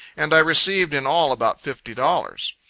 and i received in all about fifty dollars.